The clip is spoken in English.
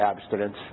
abstinence